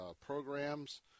Programs